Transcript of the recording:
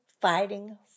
fighting